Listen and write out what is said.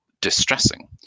Distressing